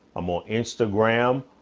i'm on instagram,